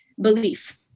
belief